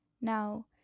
now